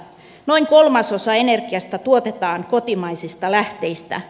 noin kolmasosa energiasta tuotetaan kotimaisista lähteistä